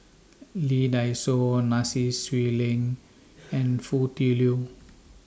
Lee Dai Soh Swee Leng and Foo Tui Liew